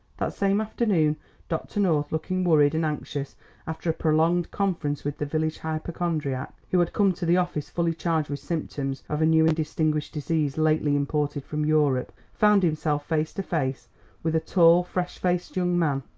that same afternoon dr. north, looking worried and anxious after a prolonged conference with the village hypochrondriac, who had come to the office fully charged with symptoms of a new and distinguished disease lately imported from europe, found himself face to face with a tall, fresh-faced young man.